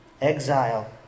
exile